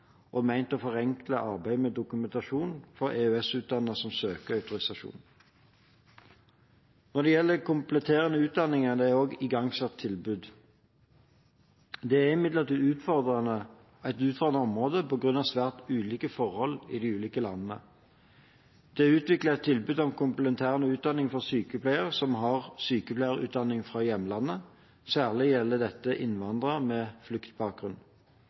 og er ment å forenkle arbeidet med dokumentasjon for EØS-utdannede som søker autorisasjon. Når det gjelder kompletterende utdanning, er det igangsatt tilbud. Dette er imidlertid et utfordrende område på grunn av svært ulike forhold i de ulike landene. Det er utviklet et tilbud om komplementær utdanning for sykepleiere som har sykepleierutdanning fra hjemlandet – særlig gjelder dette innvandrere med fluktbakgrunn.